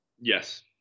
Yes